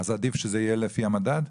אז עדיף שזה יהיה לפי המדד?